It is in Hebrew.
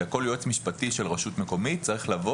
אלא כל יועץ משפטי של רשות מקומית צריך לבוא